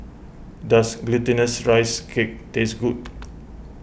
does Glutinous Rice Cake taste good